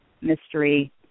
mystery